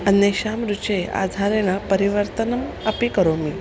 अन्येषां रुचेः आधारेण परिवर्तनम् अपि करोमि